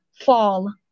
fall